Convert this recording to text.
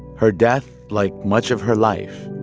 her death, like much of her life,